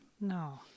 No